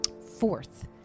Fourth